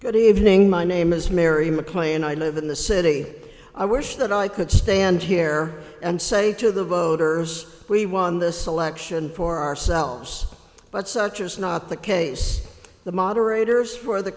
good evening my name is mary maclean i live in the city i wish that i could stand here and say to the voters we won this election for ourselves but such is not the case the moderators for the